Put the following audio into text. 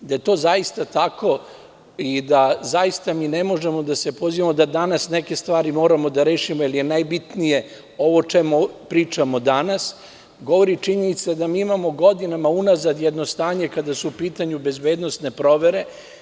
Da je to zaista tako i da zaista mi ne možemo da se pozivamo da danas neke stvari moramo da rešimo, jer je najbitniji ovo o čemu pričamo danas, govori činjenica da mi imamo godinama unazad jedno stanje kada su u pitanju bezbednosne provere.